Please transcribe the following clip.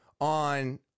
on